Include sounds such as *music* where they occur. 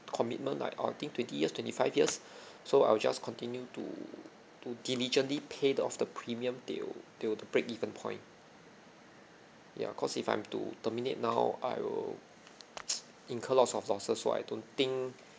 commitment like uh think twenty years twenty five years so I will just continue to to diligently paid off the premium till till the break even point ya cause if I'm to terminate now I will *noise* incur lots of losses you so I don't think